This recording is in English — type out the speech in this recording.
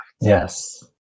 yes